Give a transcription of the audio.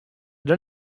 der